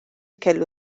kellu